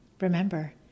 remember